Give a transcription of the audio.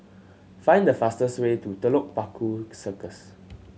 find the fastest way to Telok Paku Circus